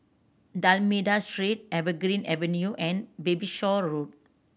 D'Almeida Street Evergreen Avenue and Bayshore Road